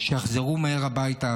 שיחזרו מהר הביתה,